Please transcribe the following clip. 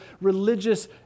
religious